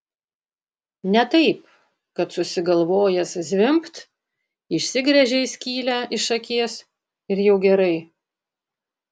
ne taip kad susigalvojęs zvimbt išsigręžei skylę iš akies ir jau gerai